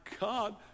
God